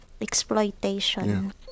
exploitation